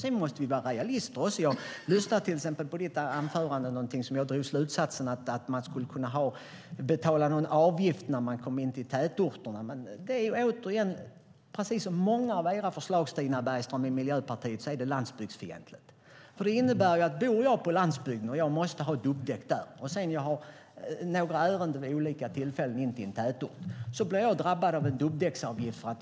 Sedan måste vi vara realister. Jag lyssnade på Stina Bergströms anförande och drog slutsatsen att du vill att det ska betalas en avgift i tätorterna. Men precis som många av era förslag i Miljöpartiet, Stina Bergström, är det förslaget landsbygdsfientligt. Det innebär att om jag bor på landsbygden, och jag måste ha dubbdäck där, och sedan har några ärenden vid olika tillfällen in till en tätort, blir jag drabbad av en dubbdäcksavgift.